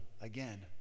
again